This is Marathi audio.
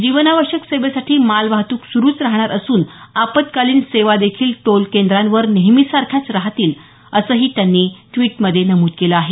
जीवनावश्यक सेवेसाठी मालवाहतूक सुरूच रहाणार असून आपत्कालीन सेवादेखील टोल केंद्रांवर नेहमीसारख्याच रहातील असंही त्यांनी ड्विटमध्ये नमूद केलं आहे